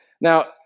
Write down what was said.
Now